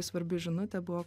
svarbi žinutė buvo